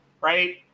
Right